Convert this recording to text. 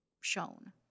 shown